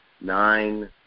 nine